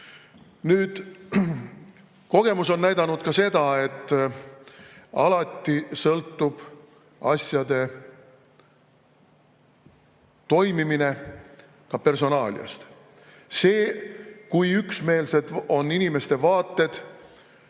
Nüüd, kogemus on näidanud ka seda, et alati sõltub asjade toimimine ka personaaliast. See, kui üksmeelsed on inimeste vaated